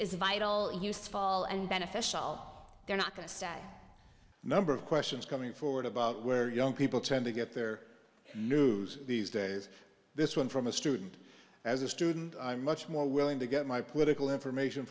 a vital useful and beneficial they're not going to number of questions coming forward about where young people tend to get their news these days this one from a student as a student i'm much more willing to get my political information